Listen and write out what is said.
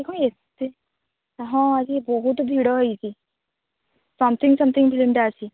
ହଁ ଏତେ ହଁ ଆଜି ବହୁତ ଭିଡ଼ ହେଇଛି ସମଥିଙ୍ଗ ସମଥିଙ୍ଗ ଫିଲ୍ମଟା ଅଛି